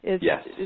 Yes